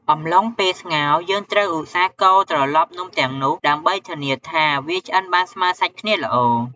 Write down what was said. អំឡុងពេលស្ងោរ យើងត្រូវឧស្សាហ៍កូរត្រឡប់នំទាំងនោះ ដើម្បីធានាថាវាឆ្អិនបានស្មើសាច់គ្នាល្អ។